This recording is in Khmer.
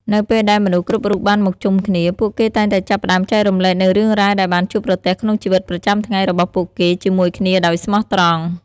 នៅពេលដែលមនុស្សគ្រប់រូបបានមកជុំគ្នា ពួកគេតែងតែចាប់ផ្ដើមចែករំលែកនូវរឿងរ៉ាវដែលបានជួបប្រទះក្នុងជីវិតប្រចាំថ្ងៃរបស់ពួកគេជាមួយគ្នាដោយស្មោះត្រង់។